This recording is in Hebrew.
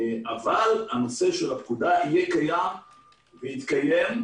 אבל נושא הפקודה יהיה קיים ויתקיים.